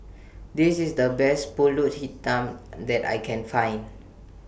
This IS The Best Pulut Hitam that I Can Find